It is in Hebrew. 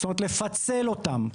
זאת אומרת, לפצל אותם.